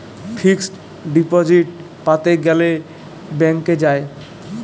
fixed deposit প্যাতে গ্যালে ব্যাংকে যায়